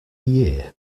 year